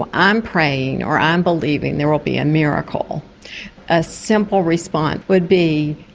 well, i am praying or i'm believing there will be a miracle a simple response would be,